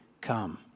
come